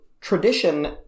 tradition